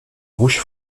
rouge